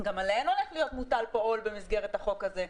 גם עליהן יוטל עול במסגרת החוק הזה,